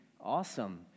awesome